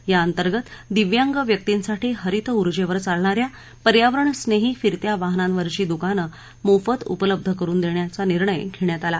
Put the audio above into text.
बैठकीत काही दिव्यांग व्यक्तींसाठी हरित उर्जेवर चालणा या पर्यावरणस्नेही फिरत्या वाहनांवरची द्कानं मोफत उपलब्ध करुन देण्याचा निर्णय घेण्यात आला